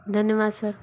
धन्यवाद सर